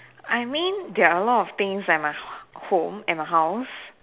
I mean there are a lot of things at my home in the house